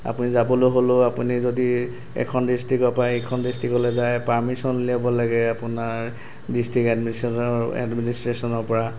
আপুনি যাবলৈ হ'লেও আপুনি যদি এখন ডিষ্ট্ৰিক্টৰপৰা ইখন ডিষ্ট্ৰিক্টলৈ যায় পাৰ্মিচন উলিয়াব লাগে আপোনাৰ ডিষ্ট্ৰিক্ট এডমিনিষ্ট্ৰেশ্যনৰ পৰা